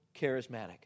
charismatic